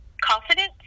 confidence